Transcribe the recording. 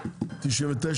לובי 99,